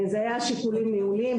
זה היה שיקולים ניהוליים,